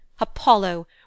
Apollo